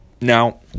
Now